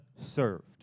served